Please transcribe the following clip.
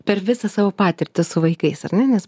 per visą savo patirtį su vaikais ar ne nes